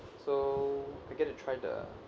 so you get to try the